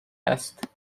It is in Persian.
است